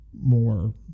more